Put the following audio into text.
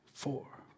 four